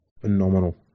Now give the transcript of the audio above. Phenomenal